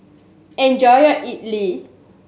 enjoy your Idly